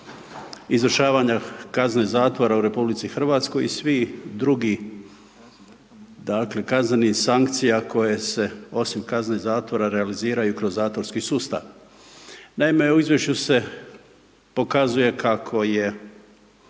izvršavanja kazne zatvora u RH i svi drugi dakle kaznenih sankcija koje se osim kazne zatvora realiziraju kroz zatvorski sustav. Naime, u izvješću se pokazuje kako je